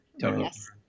Yes